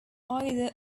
either